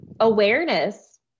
Awareness